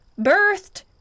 birthed